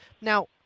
Now